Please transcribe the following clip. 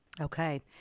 Okay